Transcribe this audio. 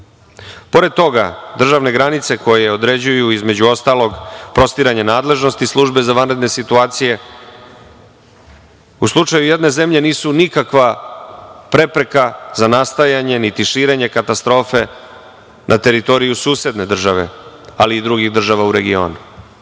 toga državne granice koje određuju između ostalog, prostiranje nadležnosti službe za vanredne situacije u slučaju jedne zemlje nisu nikakva prepreka za nastajanje, niti širenje katastrofe na teritoriju susedne države, ali i drugih država u regionu.